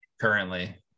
currently